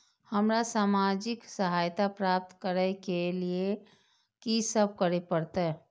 हमरा सामाजिक सहायता प्राप्त करय के लिए की सब करे परतै?